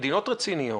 מדינות רציניות,